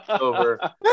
over